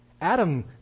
Adam